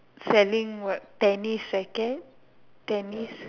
sending what tennis racket tennis